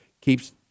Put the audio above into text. keeps